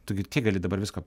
tu gi gali dabar visko